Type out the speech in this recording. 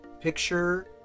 picture